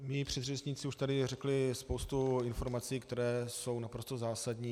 Mí předřečníci už tady řekli spoustu informací, které jsou naprosto zásadní.